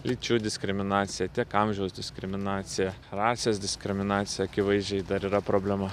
lyčių diskriminacija tiek amžiaus diskriminacija rasės diskriminacija akivaizdžiai dar yra problema